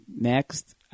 next